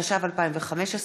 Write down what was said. התשע"ו 2015,